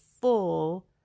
full